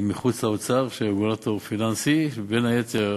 מחוץ לאוצר, רגולטור פיננסי, שבין היתר